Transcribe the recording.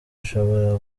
ishobora